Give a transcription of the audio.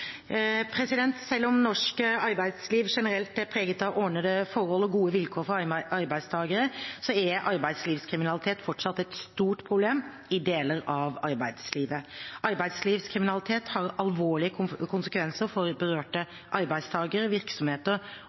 Selv om norsk arbeidsliv generelt er preget av ordnede forhold og gode vilkår for arbeidstakere, er arbeidslivskriminalitet fortsatt et stort problem i deler av arbeidslivet. Arbeidslivskriminalitet har alvorlige konsekvenser for berørte arbeidstakere, virksomheter